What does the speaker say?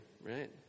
right